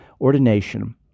Ordination